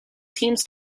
teams